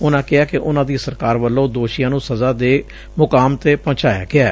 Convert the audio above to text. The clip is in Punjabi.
ਉਨੂਾਂ ਕਿਹਾ ਕਿ ਉਨੂਾਂ ਦੀ ਸਰਕਾਰ ਵਲੋਂ ਦੋਸ਼ੀਆਂ ਨੂੰ ਸਜ਼ਾ ਦੇ ਮੁਕਾਮ ਤੇ ਪਹੁੰਚਾਇਆ ਗਿਐ